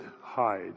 hide